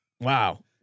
Wow